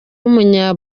w’umunya